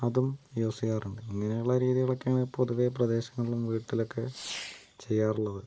അതും യൂസ് ചെയ്യാറുണ്ട് ഇങ്ങനെയുള്ള രീതികളൊക്കെയാണ് പൊതുവേ പ്രദേശങ്ങളിലും വീട്ടിലുമൊക്കെ ചെയ്യാറുള്ളത്